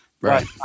Right